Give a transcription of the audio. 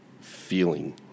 feeling